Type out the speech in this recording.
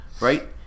right